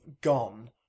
gone